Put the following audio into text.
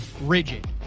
rigid